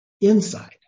inside